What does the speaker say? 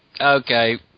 Okay